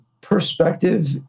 perspective